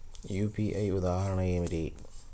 UPI ఉదాహరణ ఏమిటి?